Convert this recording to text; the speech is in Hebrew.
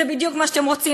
זה בדיוק מה שאתם רוצים.